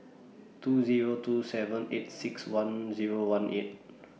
two Zero two seven eight six one Zero one eight